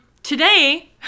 Today